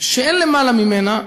שאין למעלה ממנה,